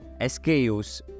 SKUs